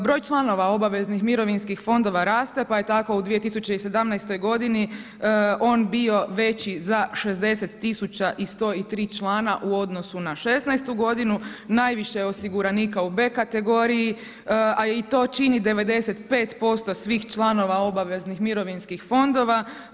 Broj članova obaveznih mirovinskih fondova raste pa je tako u 2017. godini on bio veći za 60 tisuća i 103 člana u odnosu na '16. godinu, najviše je osiguranika u B kategoriji a i to čini 95% svih članova obaveznih mirovinskih fondova.